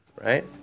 right